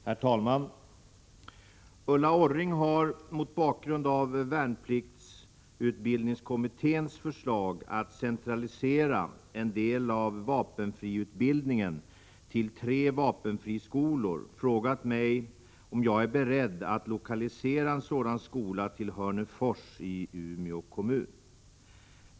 Herr talman! Ulla Orring har — mot bakgrund av värnpliktsutbildningskommitténs förslag att centralisera en del av vapenfriutbildningen till tre vapenfriskolor — frågat mig om jag är beredd att lokalisera en sådan skola till Hörnefors i Umeå kommun.